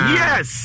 yes